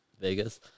Vegas